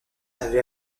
avait